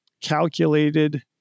calculated